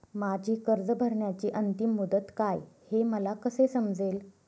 माझी कर्ज भरण्याची अंतिम मुदत काय, हे मला कसे समजेल?